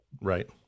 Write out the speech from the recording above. right